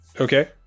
Okay